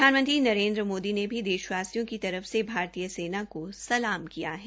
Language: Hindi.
प्रधानमंत्री नरेन्द्र मोदी ने भी देशवासियों की तरफ से भारतीय सेना को सलाम किया है